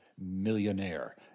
millionaire